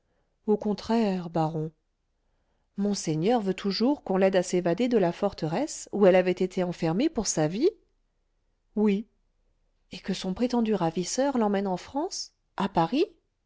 au contraire baron monseigneur veut toujours qu'on l'aide à s'évader de la forteresse où elle avait été enfermée pour sa vie oui et que son prétendu ravisseur l'emmène en france à paris